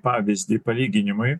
pavyzdį palyginimui